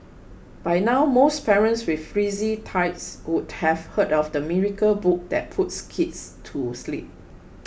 by now most parents with frisky tykes would have heard of the miracle book that puts kids to sleep